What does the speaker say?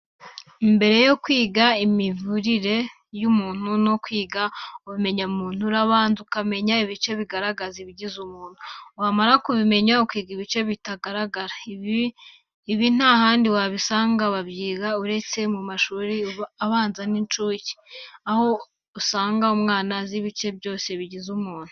Mbere yo kwiga imivurire y'umuntu no kwiga ubumenyamuntu, urabanza ukamenya ibice bigaragara bigize umuntu, wamara kubimenya ukiga ibice bitagaragara. Ibi nta handi wabisanga babyiga uretse mu mashuri abanza na y'incuke, aho usanga umwana azi ibice byose bigize umuntu.